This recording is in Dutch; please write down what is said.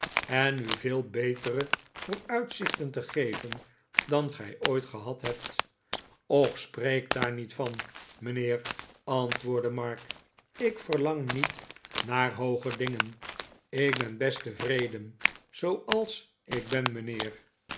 en u veel betere vooruitzichten te geven dan gij ooit gehad hebt och spreek daar niet van mijnheer antwoordde mark ik verlang niet naar hooge dingen ik ben best tevreden zooals ik ben mijnheer